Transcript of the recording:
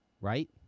right